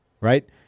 right